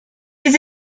his